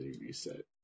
reset